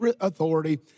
authority